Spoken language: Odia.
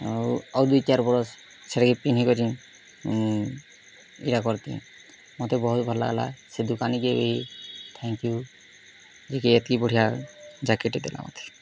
ଆଉ ଆଉ ଦୁଇ ଚାରି ବର୍ଷ ସେଟାକ ପିନ୍ଧି କରି ମୁଁ ଇରା କରତି ମୋତେ ବହୁତ ଭଲ ହେଲା ସେ ଦୋକାନୀ କି ଥ୍ୟାଙ୍କ୍ ୟୁ ଯିଏ କି ଏତିକି ବଢ଼ିଆ ଜାକେଟେ ଦେଲା ମୋତେ